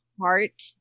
heart